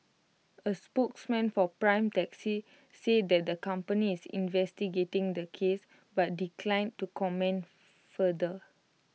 A spokesman for prime taxi said that the company is investigating the case but declined to comment further